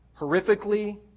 horrifically